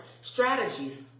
strategies